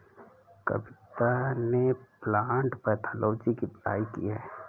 कविता ने plant pathology की पढ़ाई की है